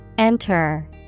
Enter